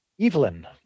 Evelyn